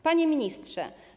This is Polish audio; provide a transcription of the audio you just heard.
Panie Ministrze!